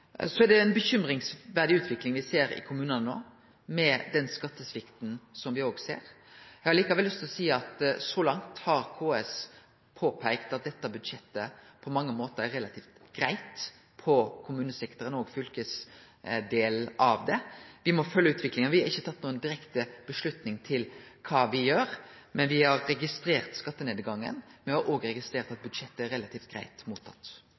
Så er det ei bekymringsfull utvikling me ser i kommunane med den skattesvikten som er der. Eg har likevel lyst til å seie at så langt har KS påpeikt at dette budsjettet på mange måtar er relativt greitt for kommunesektoren og fylkesdelen av det. Me må følgje utviklinga. Me har ikkje gjort noko direkte vedtak om kva me gjer, men me har registreret skattenedgangen, og me har også registrert at budsjettet er relativt